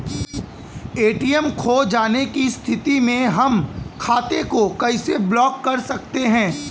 ATM खो जाने की स्थिति में हम खाते को कैसे ब्लॉक कर सकते हैं?